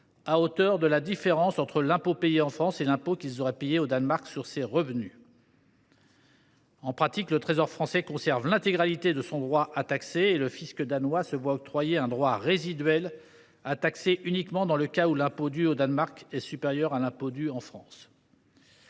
à hauteur de la différence entre l’impôt qui est payé en France et celui qu’ils auraient payé au Danemark sur ces revenus. En pratique, le Trésor public français conserve l’intégralité de son droit à taxer et le fisc danois se voit octroyer un droit résiduel à taxer, uniquement dans le cas où l’impôt dû au Danemark est supérieur à l’impôt dû en France.